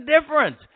difference